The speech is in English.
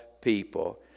people